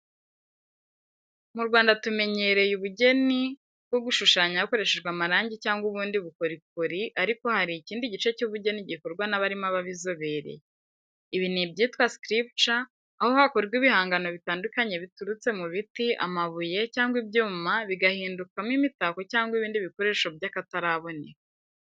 Mu Rwanda tumenyereye ubugeni bwo gushushanya hakoreshejwe amarangi cyangwa ubundi bukorikori ariko hari ikindi gice cy’ubugeni gikorwa n’abarimo ababizobereye. Ibi ni ibyitwa ‘sculpture’ aho hakorwa ibihangano bitandukanye biturutse mu biti, amabuye cyangwa ibyuma bigahindukamo imitako cyangwa ibindi bikoresho by’akataraboneka.